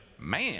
man